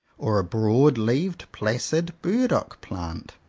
or a broad-leaved placid burdock-plant?